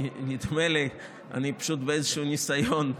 שנדמה לי, אני פשוט באיזשהו ניסיון נואש.